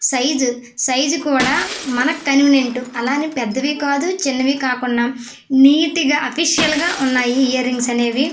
size size కూడా మనకి convenient అలానే పెద్దవి కాదు చిన్నవి కాకుండా నీట్గా అఫీషియల్గా ఉన్నాయి ఇయర్ రింగ్స్ అనేవి